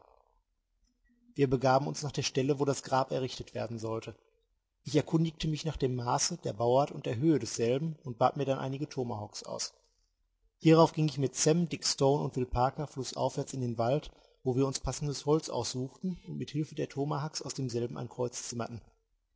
wir begaben uns nach der stelle wo das grab errichtet werden sollte ich erkundigte mich nach dem maße der bauart und der höhe desselben und bat mir dann einige tomahawks aus hierauf ging ich mit sam dick stone und will parker flußaufwärts in den wald wo wir uns passendes holz aussuchten und mit hilfe der tomahawks aus demselben ein kreuz